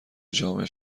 جامعه